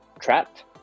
trapped